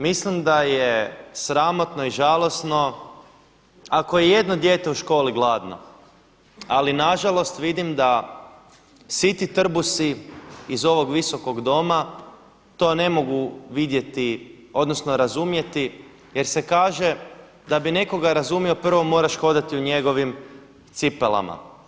Mislim da je sramotno i žalosno ako je i jedno dijete u školi gladno, ali na žalost vidim da svi ti trbusi iz ovog Visokog doma to ne mogu vidjeti, odnosno razumjeti jer se kaže da bi nekoga razumio prvo moraš hodati u njegovim cipelama.